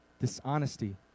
dishonesty